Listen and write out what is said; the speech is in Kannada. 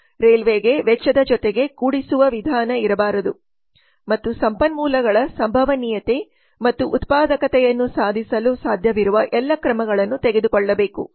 ರೈಲ್ವೆಗೆ ವೆಚ್ಚದ ಜೊತೆಗೆ ಕೂಡಿಸುವ ವಿಧಾನ ಇರಬಾರದು ಮತ್ತು ಸಂಪನ್ಮೂಲಗಳ ಸಂಭವನೀಯತೆ ಮತ್ತು ಉತ್ಪಾದಕತೆಯನ್ನು ಸಾಧಿಸಲು ಸಾಧ್ಯವಿರುವ ಎಲ್ಲ ಕ್ರಮಗಳನ್ನು ತೆಗೆದುಕೊಳ್ಳಬೇಕು